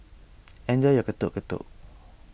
enjoy your Getuk Getuk